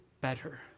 better